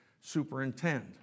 superintend